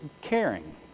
caring